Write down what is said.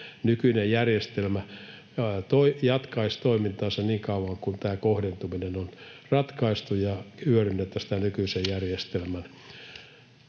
nykyinen järjestelmä jatkaisi toimintaansa niin kauan kuin tämä kohdentuminen on ratkaistu, hyödynnettäisiin tämän nykyisen järjestelmän